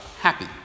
happy